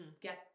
get